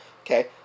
Okay